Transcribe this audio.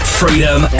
freedom